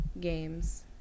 games